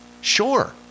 Sure